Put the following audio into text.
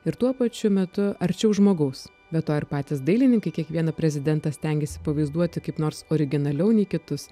ir tuo pačiu metu arčiau žmogaus be to ir patys dailininkai kiekvieną prezidentą stengiasi pavaizduoti kaip nors originaliau nei kitus